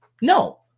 No